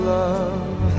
love